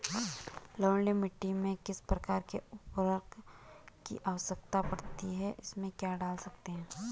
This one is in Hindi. लवणीय मिट्टी में किस प्रकार के उर्वरक की आवश्यकता पड़ती है इसमें क्या डाल सकते हैं?